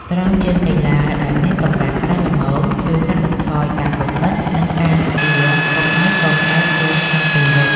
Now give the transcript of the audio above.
ស្រោមជើងកីឡាដែលមានកម្រាស់ក្រាស់ល្មមជួយកាត់បន្ថយការកកិត និងការពារកុំឱ្យពងបែកជើងក្នុងពេលរត់។